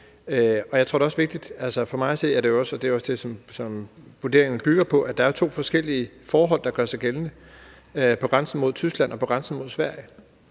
afvist ved grænsen. Og for mig at se – og det er også det, vurderingen bygger på – er det to forskellige forhold, der gør sig gældende på grænsen mod Tyskland og på grænsen mod Sverige.